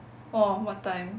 orh what time